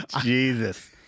Jesus